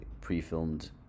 pre-filmed